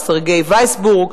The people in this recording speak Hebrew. סרגי וייסבורג,